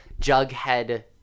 Jughead